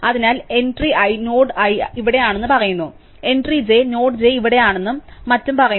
അതിനാൽ entry i node I ഇവ്ടെയാണെന്ന് പറയുന്നു എൻട്രി j നോഡ് j ഇവിടെയാണെന്നും മറ്റും പറയുന്നു